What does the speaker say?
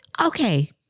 Okay